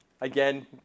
again